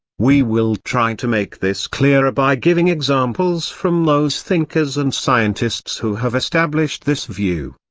we will try to make this clearer by giving examples from those thinkers and scientists who have established this view.